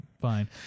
fine